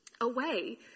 away